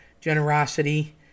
generosity